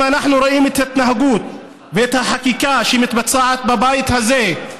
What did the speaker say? אם אנחנו רואים את ההתנהגות ואת החקיקה שמתבצעת בבית הזה,